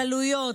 בגלויות,